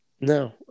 No